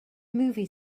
movie